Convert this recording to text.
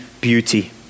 beauty